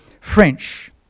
French